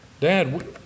Dad